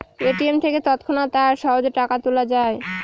ATM থেকে তৎক্ষণাৎ আর সহজে টাকা তোলা যায়